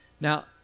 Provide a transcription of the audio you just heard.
Now